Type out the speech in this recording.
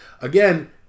Again